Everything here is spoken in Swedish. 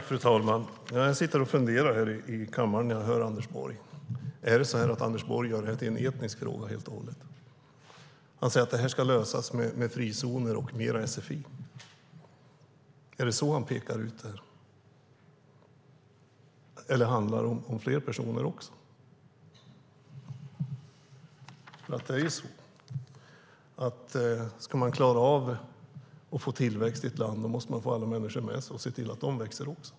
Fru talman! Jag sitter och funderar här i kammaren när jag hör Anders Borg. Är det så att Anders Borg gör detta till en etnisk fråga helt och hållet? Han säger att det ska lösas med frizoner och mer sfi. Är det så han pekar ut detta, eller handlar det också om fler personer? Ska man klara av att få tillväxt i ett land måste man få alla människor med sig och se till att de växer också.